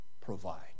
provide